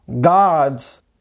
God's